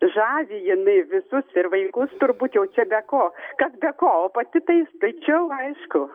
žavi jinai visus ir vaikus turbūt jau čia be ko kas be ko o pati tai skaičiau aišku